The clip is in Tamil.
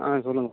ஆ சொல்லுங்கப்பா